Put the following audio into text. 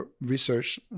research